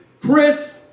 Chris